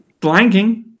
Blanking